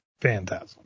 phantasm